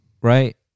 Right